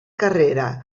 carrera